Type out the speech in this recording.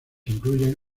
incluyen